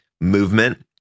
movement